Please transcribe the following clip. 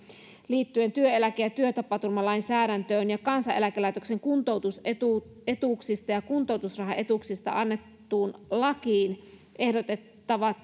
liittyen työeläke ja työtapaturmalainsäädäntöön ja kansaneläkelaitoksen kuntoutusetuuksista ja kuntoutusrahaetuuksista annettuun lakiin että ehdotettavat